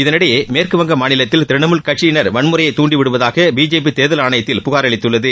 இதனிடையே மேற்கு வங்க மாநிலத்தில் திரிணாமூல் கட்சியினர் வன்முறையை தூண்டிவிடுவதாக பிஜேபி தேர்தல் ஆணையத்தில் புகார் அளித்துள்ளது